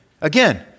Again